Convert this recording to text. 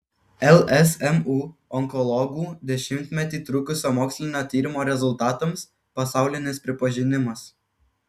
lsmu onkologų dešimtmetį trukusio mokslinio tyrimo rezultatams pasaulinis pripažinimas